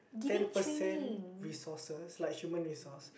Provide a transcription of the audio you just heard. ten percent resources like human resource